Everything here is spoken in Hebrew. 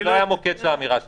זה לא היה המוקד של האמירה שלי.